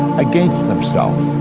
against themselves.